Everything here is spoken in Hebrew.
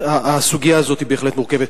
הסוגיה הזאת בהחלט מורכבת.